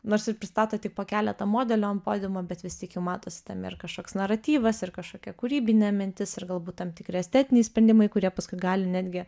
nors ir pristato tik po keletą modelių ant podiumo bet vis tik jau matosi tame ir kažkoks naratyvas ir kažkokia kūrybinė mintis ir galbūt tam tikri estetiniai sprendimai kurie paskui gali netgi